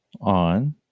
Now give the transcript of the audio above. on